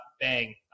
bang